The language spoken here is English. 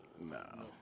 no